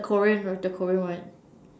Korean the Korean one